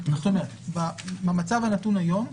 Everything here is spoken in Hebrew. זאת אומרת, במצב הנתון היום,